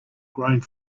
growing